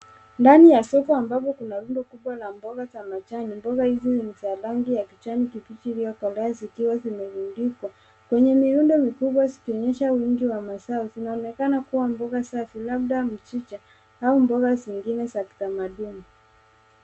Ndani ya soko ambapo kuna rundo kubwa la mboga za majani. Mboga hizi ni za rangi za kihani kibichi isiokolea ikiwa zimetundikwa. Kwenye miundo mifuko zikionyesha uwingi mazao zinaonekana kuwa mboga safi labda mchicha au mboga zingine za kitamaduni.